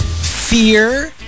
Fear